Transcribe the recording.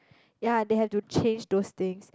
ya they have to change those things